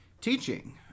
teaching